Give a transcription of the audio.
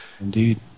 Indeed